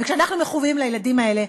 וכשאנחנו מחויבים לילדים האלה,